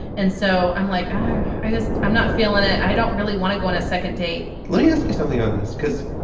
and so i'm like i i just i'm not feeling it. i don't really want to go on a second date let me ask you something on this. because.